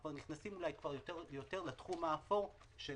אנחנו נכנסים יותר ויותר לתחום האפור של